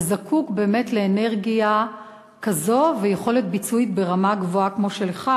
וזקוק באמת לאנרגיה כזו וליכולת ביצועית ברמה גבוהה כמו שלך,